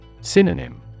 Synonym